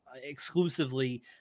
exclusively